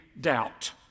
doubt